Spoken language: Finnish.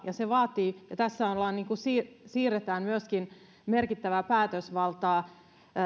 ja tässä siirretään myöskin merkittävää päätösvaltaa